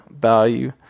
value